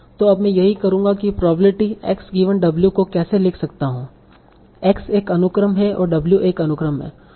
तो अब मैं यही करूंगा की प्रोबेब्लिटी X गिवन W को कैसे लिख सकता हूँ X एक अनुक्रम है W एक अनुक्रम है